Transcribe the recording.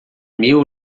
mil